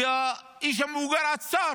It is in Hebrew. כי האיש המבוגר עצר.